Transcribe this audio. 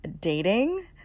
dating